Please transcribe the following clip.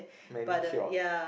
manicured